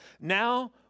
Now